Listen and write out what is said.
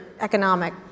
economic